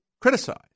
criticized